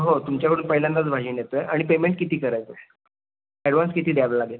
हो तुमच्याकडून पहिल्यांदाच भाजी नेतो आहे आणि पेमेंट किती करायचं आहे ॲडव्हान्स किती द्यावं लागेल